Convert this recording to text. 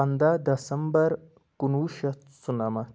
پَنداہ دَسمبَر کُنوُہ شیٚتھ ژُنَمَتھ